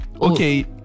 okay